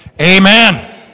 Amen